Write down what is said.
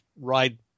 ride